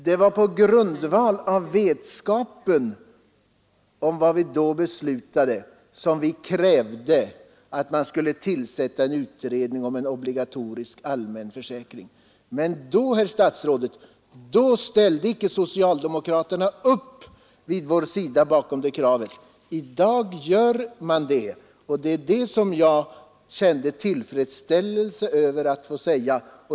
Det var på grundval av vetskapen om vad vi då beslutade som vi från vårt håll krävde att man skulle tillsätta en utredning om en obligatorisk allmän försäkring, men då, herr statsråd, ställde icke socialdemokraterna upp vid vår sida bakom det kravet. I dag gör man det, och det känner jag tillfredsställelse över att få säga.